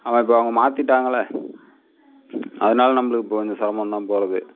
அவ இப்போ அவங்க மாற்றிட்டாங்களே அதனால் நம்மளுக்கு கொஞ்சம் சிரமம்தான் போவது